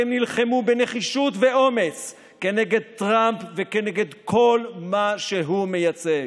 כי הם נלחמו בנחישות ובאומץ כנגד טראמפ וכנגד כל מה שהוא מייצג.